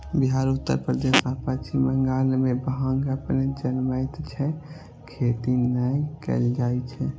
बिहार, उत्तर प्रदेश आ पश्चिम बंगाल मे भांग अपने जनमैत छै, खेती नै कैल जाए छै